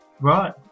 Right